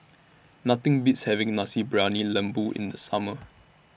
Nothing Beats having Nasi Briyani Lembu in The Summer